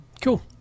cool